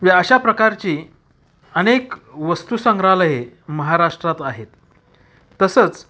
या अशा प्रकारची अनेक वस्तू संग्रहालये महाराष्ट्रात आहेत तसंच